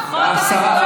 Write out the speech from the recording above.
לא חוק הפיקוח.